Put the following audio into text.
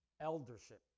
eldership